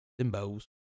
Symbols